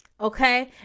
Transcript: Okay